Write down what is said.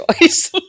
choice